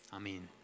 amen